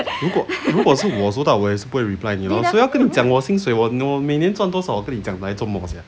如果如果是我收到我也不会 reply 你 lor 谁要跟你讲薪水我 no 每年赚多少来跟你讲来做么 sia